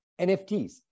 NFTs